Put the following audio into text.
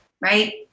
right